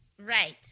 Right